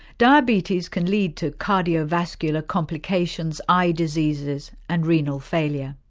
diabetes can lead to cardiovascular complications, eye diseases and renal failure.